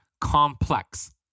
Complex